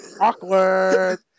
Awkward